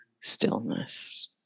stillness